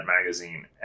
magazine